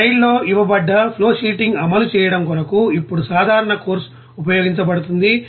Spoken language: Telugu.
స్లైడ్ ల్లోఇవ్వబడ్డ ఫ్లోషీటింగ్ అమలు చేయడం కొరకు ఇప్పుడు సాధారణ కోర్సు ఉపయోగించబడుతుంది